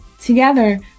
Together